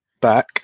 back